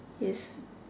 is